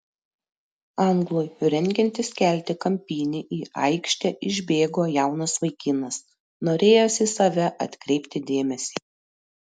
anglui rengiantis kelti kampinį į aikštę išbėgo jaunas vaikinas norėjęs į save atkreipti dėmesį